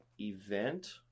event